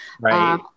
right